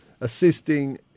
assisting